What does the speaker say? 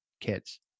kids